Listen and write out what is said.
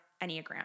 Enneagram